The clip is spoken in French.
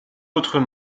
autres